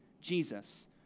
Jesus